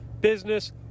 business